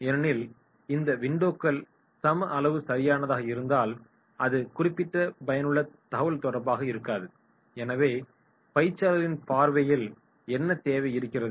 ஏனெனில் இந்த விண்டோக்கள் சம அளவு சரியானதாக இருந்தால் அது குறிப்பிட்ட பயனுள்ள தகவல்தொடர்பாக இருக்காது எனவே பயிற்சியாளர்களின் பார்வையில் என்ன தேவை இருக்கிறது